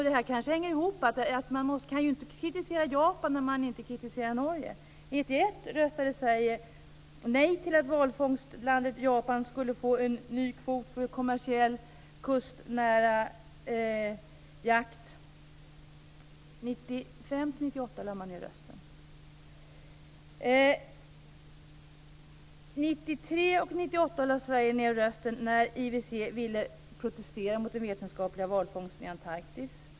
Detta kanske hänger ihop. Man kan ju inte kritisera Japan när man inte kritiserar Norge. 1991 röstade lade man ned rösten. 1993 och 1998 lade Sverige ned rösten när IWC ville protestera mot den vetenskapliga valfångsten i Antarktis.